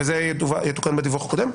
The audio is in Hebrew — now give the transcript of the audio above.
וזה יתוקן בדיווח הקודם.